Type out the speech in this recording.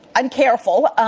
uncareful